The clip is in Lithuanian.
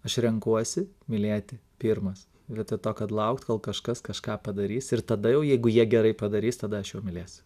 aš renkuosi mylėti pirmas vietoj to kad laukt kol kažkas kažką padarys ir tada jau jeigu jie gerai padarys tada aš mylėsiu